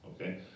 okay